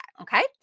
Okay